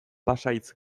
pasahitz